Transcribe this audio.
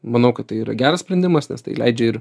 manau kad tai yra geras sprendimas nes tai leidžia ir